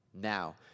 Now